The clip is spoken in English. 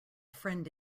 friend